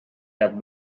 that